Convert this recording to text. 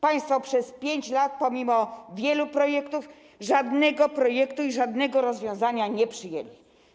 Państwo przez 5 lat pomimo wielu projektów żadnego projektu i żadnego rozwiązania nie przyjęli.